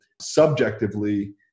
subjectively